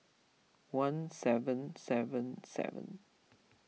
one seven seven seven